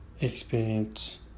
experience